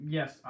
Yes